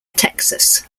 texas